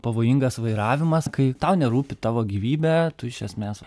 pavojingas vairavimas kai tau nerūpi tavo gyvybė tu iš esmės